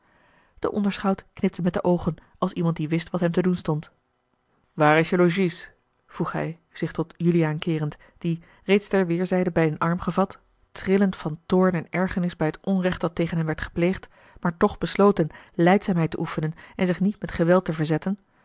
de onderschout knipte met de oogen als iemand die wist wat hem te doen stond waar is je logies vroeg hij zich tot juliaan keerend die reeds ter weêrszijden bij een arm gevat trillend van toorn en ergernis bij het onrecht dat tegen hem werd gepleegd maar toch besloten lijdzaamheid te oefenen en zich niet met geweld te verzetten